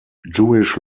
jewish